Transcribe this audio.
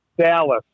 Dallas